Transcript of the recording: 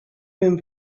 been